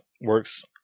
works